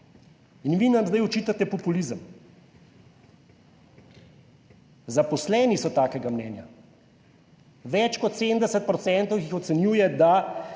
in vi nam zdaj očitate populizem. Zaposleni so takega mnenja, več kot 70 % jih ocenjuje, da